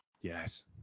Yes